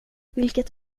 vilket